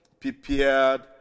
prepared